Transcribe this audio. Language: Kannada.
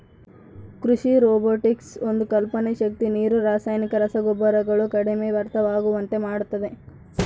ಕೃಷಿ ರೊಬೊಟಿಕ್ಸ್ ಒಂದು ಕಲ್ಪನೆ ಶಕ್ತಿ ನೀರು ರಾಸಾಯನಿಕ ರಸಗೊಬ್ಬರಗಳು ಕಡಿಮೆ ವ್ಯರ್ಥವಾಗುವಂತೆ ಮಾಡುತ್ತದೆ